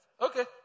Okay